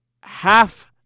half